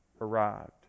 arrived